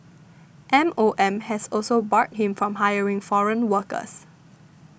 M O M has also barred him from hiring foreign workers